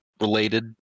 related